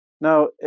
Now